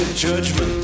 Judgment